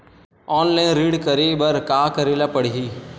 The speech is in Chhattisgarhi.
ऑनलाइन ऋण करे बर का करे ल पड़हि?